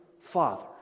Father